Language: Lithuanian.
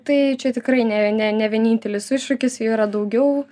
tai čia tikrai ne ne vienintelis iššūkis jų yra daugiau